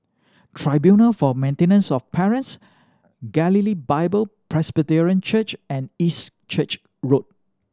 Tribunal for Maintenance of Parents Galilee Bible Presbyterian Church and East Church Road